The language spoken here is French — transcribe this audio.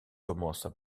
commence